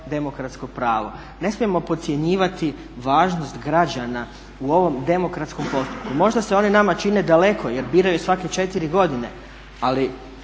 demokratsko pravo. Ne smijemo podcjenjivati važnost građana u ovom demokratskom postupku. Možda se one nama čine daleko jer biraju svake četiri godine, ali